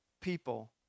people